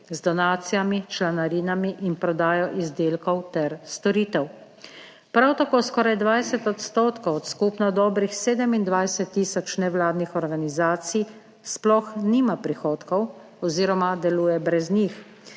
z donacijami, članarinami in prodajo izdelkov ter storitev. Prav tako skoraj 20 % od skupno dobrih 27 tisoč nevladnih organizacij sploh nima prihodkov oz. deluje brez njih,